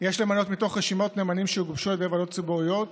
יש למנות מתוך רשימות נאמנים שיגובשו על ידי ועדות ציבוריות